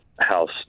house